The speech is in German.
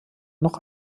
noch